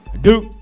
duke